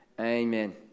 Amen